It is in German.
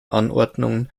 anordnungen